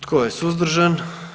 Tko je suzdržan?